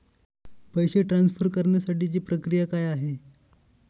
पैसे ट्रान्सफर करण्यासाठीची प्रक्रिया काय आहे?